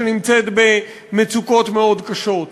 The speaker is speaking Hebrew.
שנמצאת במצוקות מאוד קשות?